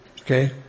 Okay